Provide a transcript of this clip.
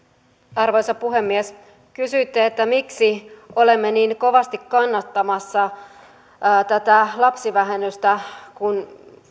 arvoisa puhemies kysyitte miksi olemme niin kovasti kannattamassa tätä lapsivähennystä kun